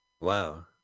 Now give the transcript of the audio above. Wow